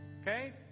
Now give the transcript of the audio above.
Okay